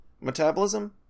metabolism